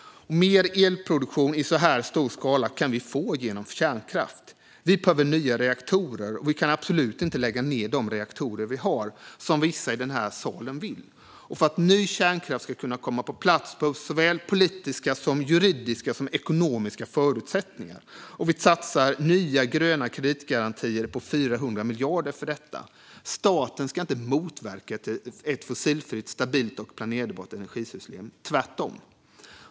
Mer elproduktion i en så stor skala kan vi få genom kärnkraft. Vi behöver nya reaktorer, och vi kan absolut inte lägga ned de reaktorer vi har, som vissa i denna sal vill. För att ny kärnkraft ska kunna komma på plats behövs såväl politiska som juridiska och ekonomiska förutsättningar. Vi satsar på nya gröna kreditgarantier på 400 miljarder för detta. Staten ska inte motverka ett fossilfritt, stabilt och planerbart energisystem - tvärtom.